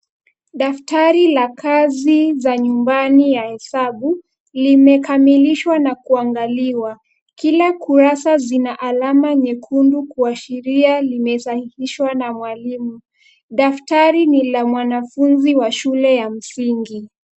Daftari la kazi za nyumbani ya hesabu limekamilishwa na kuangaliwa. Kila kurasa zina alama nyekundu kuashiria limesahihishwa na mwalimu. Daftari ni la mwanafunzi wa shule ya msingi.